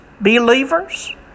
believers